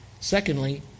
Secondly